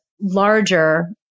larger